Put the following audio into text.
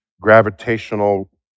Gravitational